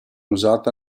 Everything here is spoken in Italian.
usata